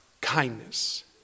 kindness